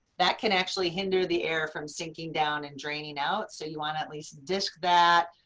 that can actually hinder the air from sinking down and draining out. so you want to at least disc that.